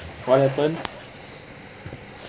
what happen